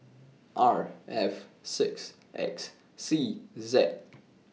R F six X C Z